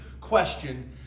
question